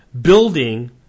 building